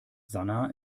sanaa